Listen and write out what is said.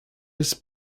his